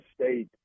state